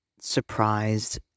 surprised